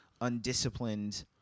undisciplined